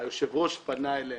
היושב-ראש פנה אלינו,